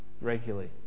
regularly